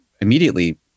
immediately